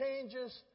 changes